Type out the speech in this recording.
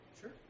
Sure